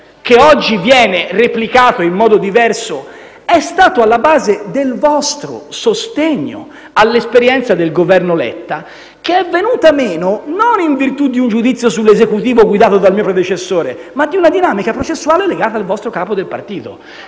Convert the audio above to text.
che oggi viene replicato, in modo diverso, è stato alla base del vostro sostegno all'esperienza del Governo Letta, che è venuta meno non in virtù di un giudizio dell'Esecutivo guidato dal mio predecessore ma di una dinamica processuale legata al vostro capo di partito.